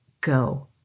go